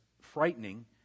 frightening